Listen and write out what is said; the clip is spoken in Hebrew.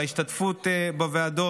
על ההשתתפות בוועדות,